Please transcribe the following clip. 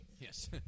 Yes